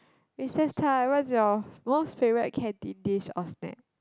recess time what is your most favourite canteen dish or snack